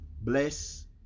Bless